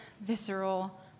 visceral